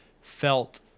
felt